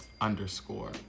underscore